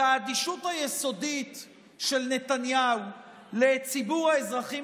והאדישות היסודית של נתניהו לציבור האזרחים